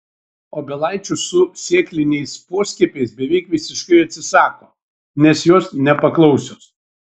obelaičių su sėkliniais poskiepiais beveik visiškai atsisako nes jos nepaklausios